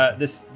ah this,